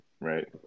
Right